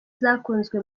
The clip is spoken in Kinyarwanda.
zakunzwe